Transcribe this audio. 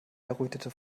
errötete